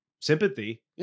sympathy